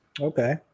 okay